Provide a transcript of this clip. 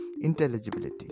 intelligibility